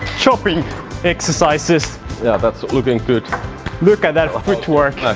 chopping exercises yeah, that's looking good look at that footwork